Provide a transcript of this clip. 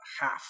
half